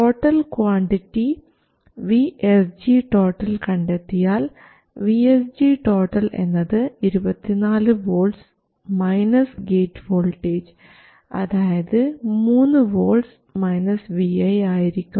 total quantity VSG കണ്ടെത്തിയാൽ VSG എന്നത് 24 volts gate voltage അതായത് 3 വോൾട്ട്സ് vi ആയിരിക്കും